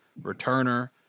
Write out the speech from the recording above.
returner